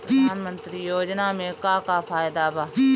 प्रधानमंत्री योजना मे का का फायदा बा?